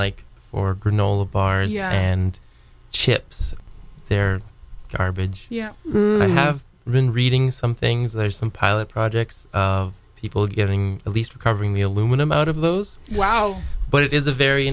like for granola bars and chips there garbage yeah i have been reading some things there are some pilot projects of people getting at least covering the aluminum out of those wow but it is a very